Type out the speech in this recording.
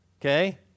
okay